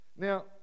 Now